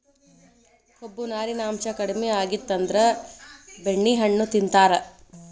ಕೊಬ್ಬು, ನಾರಿನಾಂಶಾ ಕಡಿಮಿ ಆಗಿತ್ತಂದ್ರ ಬೆಣ್ಣೆಹಣ್ಣು ತಿಂತಾರ